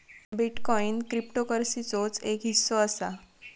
bitcoin क्रिप्टोकरंसीचोच एक हिस्सो असा